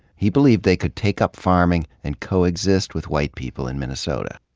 he believed they could take up farming and co-exist with white people in minnesota.